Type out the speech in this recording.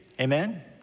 amen